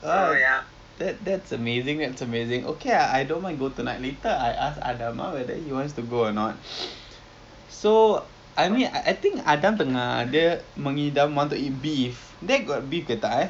oh ya that that's amazing that's amazing okay ah I don't mind go tonight I ask adam ah whether he wants to go or not so I mean I I think adam tengah dia mengidam want to eat beef there got beef ke tak ah